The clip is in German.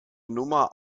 nummer